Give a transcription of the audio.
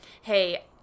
hey